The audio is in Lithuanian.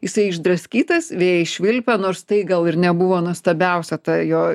jisai išdraskytas vėjai švilpia nors tai gal ir nebuvo nuostabiausia ta jo